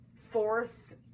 fourth